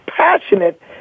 passionate